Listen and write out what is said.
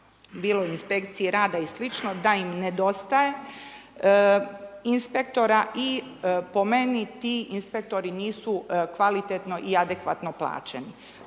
bilo inspekciji rada i slično, da im nedostaje inspektora, i po meni ti inspektori nisu kvalitetno i adekvatno plaćeni.